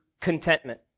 contentment